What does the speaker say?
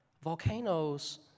Volcanoes